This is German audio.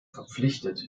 verpflichtet